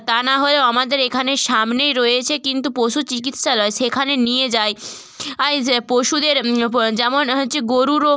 তা না হয়েও আমাদের এখানে সামনেই রয়েছে কিন্তু পশু চিকিৎসালয় সেখানে নিয়ে যাই আই যে পশুদের যেমন হচ্ছে গরুরও